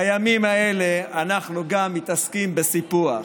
בימים האלה אנחנו גם מתעסקים בסיפוח,